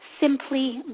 simply